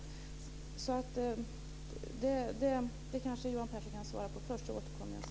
Kanske Johan Pehrson kan svara på det jag har tagit upp först, så återkommer jag sedan.